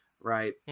right